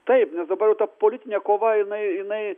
taip nes dabar jau ta politinė kova jinai jinai